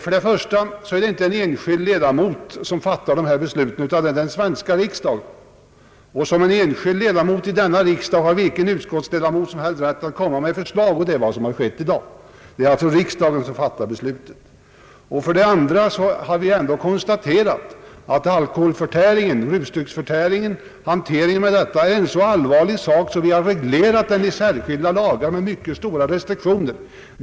För det första är det inte en enskild ledamot som fattar dessa beslut, utan det är den svenska riksdagen. Såsom enskild ledamot av denna riksdag har vilken utskottsledamot som helst rätt att komma med ett förslag, vilket är vad som har skett i dag. Det är alltså riksdagen som fattar besluten. För det andra har vi ändå konstaterat att alkoholförtäringen är en så allvarlig sak, att vi har reglerat rusdrycksförsäljningen med mycket starka restriktioner.